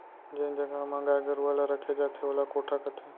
जेन जघा म गाय गरूवा ल रखे जाथे ओला कोठा कथें